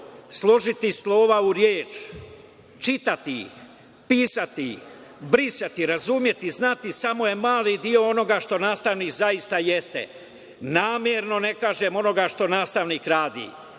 složiti slova u reč, čitati, pisati, brisati, razumeti, znati, samo je mali deo onoga što nastavnik zaista jeste. Namerno ne kažem onoga što nastavnik radi.